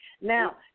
Now